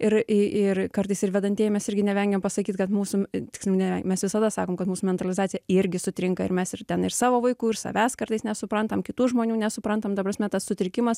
ir ir kartais ir vedantieji mes irgi nevengiam pasakyt kad mūsų tiksliau ne mes visada sakom kad mūsų mentalizacija irgi sutrinka ir mes ir ten ir savo vaikų ir savęs kartais nesuprantam kitų žmonių nesuprantam ta prasme tas sutrikimas